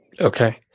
Okay